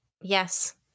yes